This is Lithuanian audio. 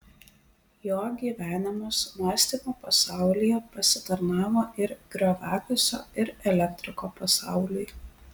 jo gyvenimas mąstymo pasaulyje pasitarnavo ir grioviakasio ir elektriko pasauliui